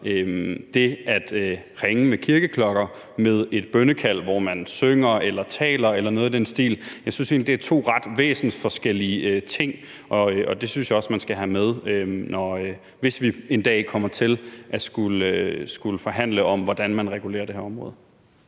det at ringe med kirkeklokker med et bønnekald, hvor man synger eller taler eller noget i den stil. Jeg synes egentlig, det er to ret væsensforskellige ting, og det synes jeg også man skal have med, hvis vi en dag kommer til at skulle forhandle om, hvordan man regulerer det her område.